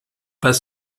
pas